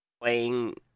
playing